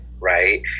right